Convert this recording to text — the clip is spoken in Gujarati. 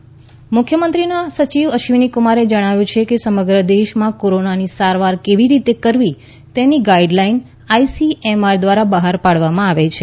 અશ્વિનીકુમાર મુખ્યમંત્રીના સચિવ અશ્વિની કુમારે જણાવ્યું છેકે સમગ્ર દેશમાં કોરોનાની સારવાર કેવી રીતે કરવી તેની ગાઇડલાઈન આઇસીએમઆર દ્વારા બહાર પાડવામાં આવે છે